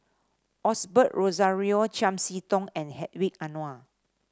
Osbert Rozario Chiam See Tong and Hedwig Anuar